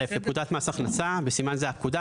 לפקודת מס הכנסה (בסימן זה הפקודה),